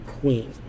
Queen